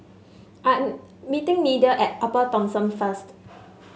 I'm meeting Media at Upper Thomson first